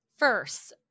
First